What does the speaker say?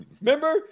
Remember